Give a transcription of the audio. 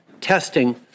Testing